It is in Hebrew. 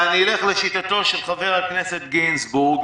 ואני אלך לשיטתו של חבר הכנסת גינזבורג,